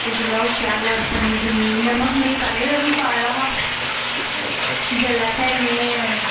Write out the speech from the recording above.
जेल्लै ओह् शैल बनी ते नमक में पैह्लें दा बी पाए दा हा ते जेल्लै फिर में